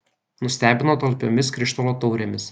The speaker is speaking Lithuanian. nustebino talpiomis krištolo taurėmis